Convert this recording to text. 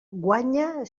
guanya